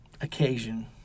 occasion